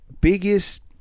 biggest